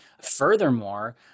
Furthermore